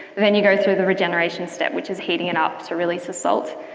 then you go through the regeneration step, which is heating it up to release the salt.